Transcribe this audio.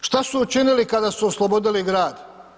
Da, šta su učinili kada su oslobodili grad?